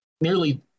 nearly